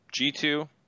G2